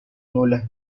nula